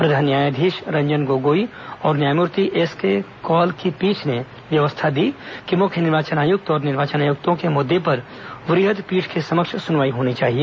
प्रधान न्यायाधीश रंजन गोगोई और न्यायमूर्ति एसके कॉल की पीठ ने व्यवस्था दी कि मुख्य निर्वाचन आयुक्त और निर्वाचन आयुक्तों के मुद्दे पर वहद पीठ के समक्ष सुनवाई होनी चाहिए